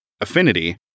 affinity